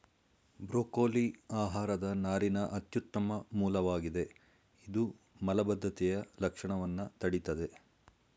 broccoli ಆಹಾರದ ನಾರಿನ ಅತ್ಯುತ್ತಮ ಮೂಲವಾಗಿದೆ ಇದು ಮಲಬದ್ಧತೆಯ ಲಕ್ಷಣವನ್ನ ತಡಿತದೆ